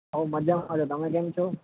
હા હું મજામાં છું તમે કેમ છો